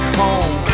home